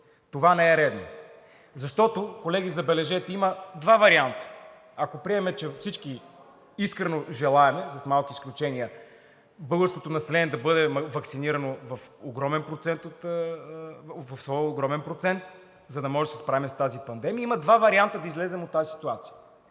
Това не е редно! Защото, колеги, забележете, има два варианта. Ако приемем, че всички искрено желаем, с малки изключения, българското население да бъде ваксинирано в своя огромен процент, за да можем да се справим с тази пандемия – има два варианта да излезем от тази ситуация: